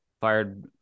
Fired